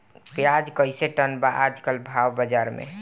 प्याज कइसे टन बा आज कल भाव बाज़ार मे?